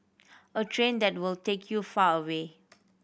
a train that will take you far away